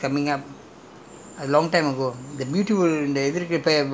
the drain is now covered is because the the M_R_T was coming up